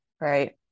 right